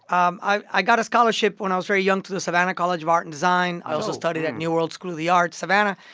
um i i got a scholarship when i was very young to the savannah college of art and design. i also studied at new world school the arts savannah,